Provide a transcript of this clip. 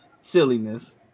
silliness